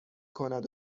کند